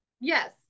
Yes